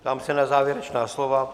Ptám se na závěrečná slova.